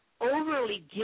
overly